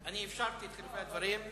אני אפשרתי את חילופי הדברים.